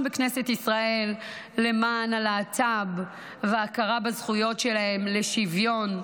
בכנסת ישראל למען הלהט"ב וההכרה בזכויות שלהם לשוויון.